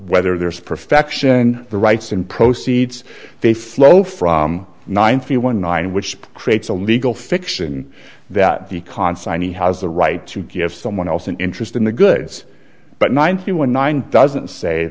whether there is perfection the rights and proceeds they flow from nine three one nine which creates a legal fiction that the consarn he has the right to give someone else an interest in the goods but ninety one nine doesn't sa